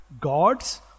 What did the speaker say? God's